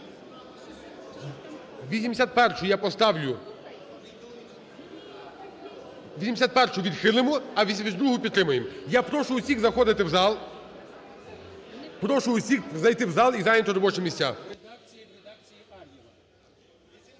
81-у я поставлю… 81-у відхилимо, а 82-у підтримаємо. Я прошу усіх заходити в зал. Прошу усіх зайти в зал і зайняти робочі місця.